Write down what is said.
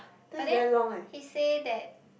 but then he say that